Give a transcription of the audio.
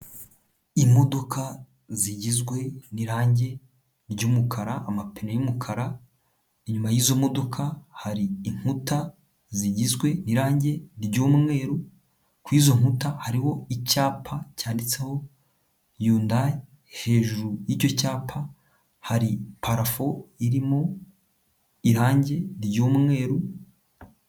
Imodoka zigizwe n'irangi ry'umukara, amapine y'umukara, inyuma y'izo modoka hari inkuta zigizwe n'irangi r'umweru, ku izo nkuta hariho icyapa cyanditseho yundayi, hejuru y'icyo cyapa hari parafo irimo irangi ry'umweru.